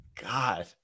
god